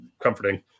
comforting